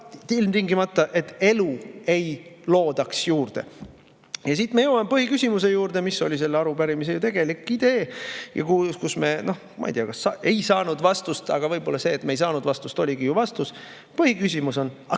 ja ilmtingimata, et elu ei loodaks juurde. Ja siit me jõuame põhiküsimuse juurde, mis oli selle arupärimise tegelik idee. Aga sellele, ma ei tea, me vist ei saanud vastust. Samas võib-olla see, et me ei saanud vastust, oligi vastus. Põhiküsimus on: kes